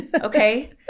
okay